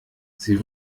sie